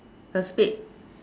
a spade